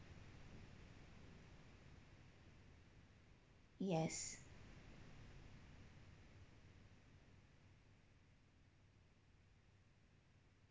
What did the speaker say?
yes